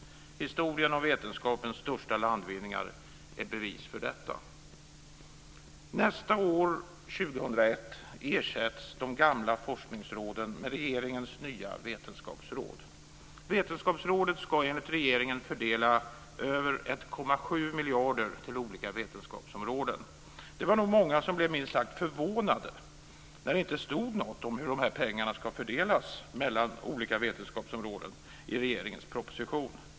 Historien om vetenskapens största landvinningar är ett bevis för detta. Nästa år, 2001, ersätts de gamla forskningsråden med regeringens nya vetenskapsråd. Vetenskapsrådet ska enligt regeringen fördela över 1,7 miljarder till olika vetenskapsområden. Det var nog många som blev minst sagt förvånade när det inte stod något i regeringens proposition om hur dessa pengar ska fördelas mellan olika vetenskapsområden.